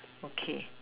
okay